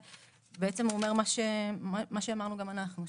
הוא בעצם אומר מה שאמרנו גם אנחנו: